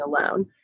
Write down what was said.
alone